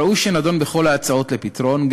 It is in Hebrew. ראוי שנדון בכל ההצעות לפתרון,